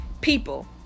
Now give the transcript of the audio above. people